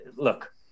look